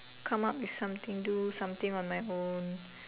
come up with something do something on my own